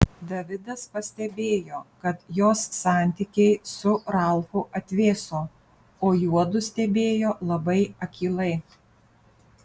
davidas pastebėjo kad jos santykiai su ralfu atvėso o juodu stebėjo labai akylai